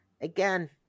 Again